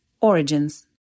Origins